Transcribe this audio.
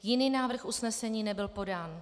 Jiný návrh usnesení nebyl podán.